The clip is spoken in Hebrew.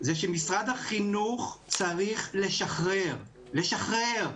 זה שמשרד החינוך צריך לשחרר, לשחרר,